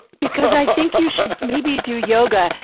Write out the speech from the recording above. because i think you should maybe do yoga.